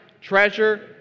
treasure